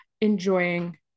enjoying